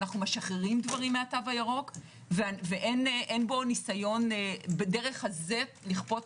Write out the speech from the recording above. אנחנו משחררים דברים מהתו הירוק ואין בו ניסיון כך לכפות